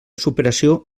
superació